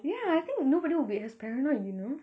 ya I think nobody will be as paranoid you know